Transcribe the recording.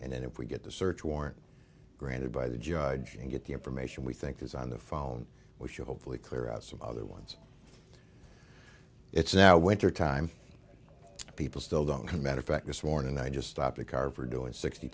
and if we get the search warrant granted by the judge and get the information we think is on the phone we should hopefully clear out some other ones it's now winter time people still don't come out of fact this morning i just stopped a car for doing sixty